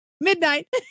midnight